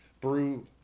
brew